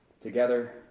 together